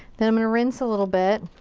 then i'm gonna rinse a little bit.